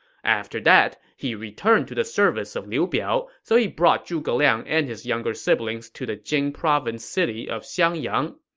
after that, he returned to the service of liu biao, so he brought zhuge liang and his younger siblings to the jing province city of xiangyang.